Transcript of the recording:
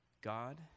God